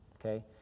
Okay